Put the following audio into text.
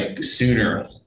sooner